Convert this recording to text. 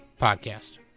podcast